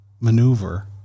maneuver